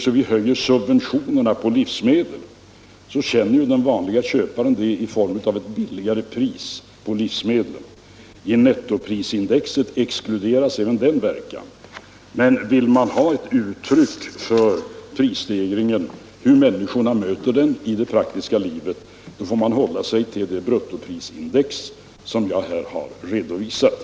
Om vi höjer subventionerna på livsmedel känner den vanlige köparen det i form av lägre priser på livsmedlen. I nettoprisindex exkluderas även den verkan. Vill man ha ett uttryck för hur människorna möter prisstegringen i det praktiska livet, får man hålla sig till det bruttoprisindex som jag här redovisat.